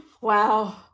Wow